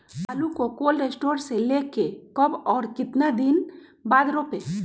आलु को cold store से ले के कब और कितना दिन बाद रोपे?